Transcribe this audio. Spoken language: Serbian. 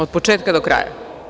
Od početka do kraja.